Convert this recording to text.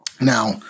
Now